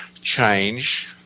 change